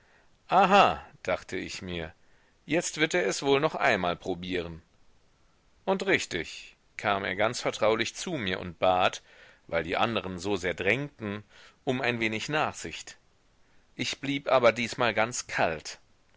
aha dachte ich mir jetzt wird er es wohl noch einmal probieren und richtig kam er ganz vertraulich zu mir und bat weil die anderen so sehr drängten um ein wenig nachsicht ich blieb aber diesmal ganz kalt